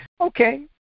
Okay